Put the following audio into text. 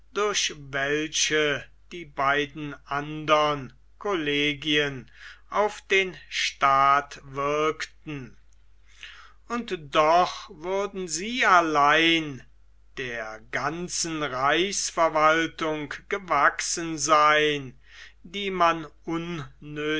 durch welche die beiden andere collegien auf den staat wirkten und doch würden sie allein der ganzen reichsverwaltung gewachsen sein die man unnöthiger